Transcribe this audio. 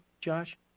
Josh